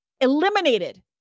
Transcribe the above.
eliminated